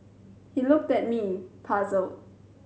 he looked at me puzzled